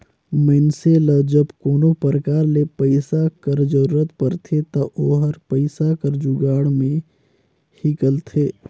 मइनसे ल जब कोनो परकार ले पइसा कर जरूरत परथे ता ओहर पइसा कर जुगाड़ में हिंकलथे